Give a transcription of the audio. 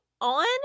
on